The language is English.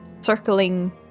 circling